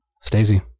Stacey